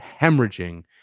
hemorrhaging